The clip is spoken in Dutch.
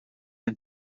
een